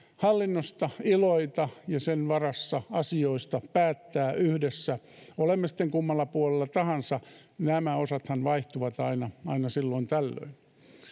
hallinnosta iloita ja sen varassa asioista päättää yhdessä olemme sitten kummalla puolella tahansa nämä osathan vaihtuvat aina aina silloin tällöin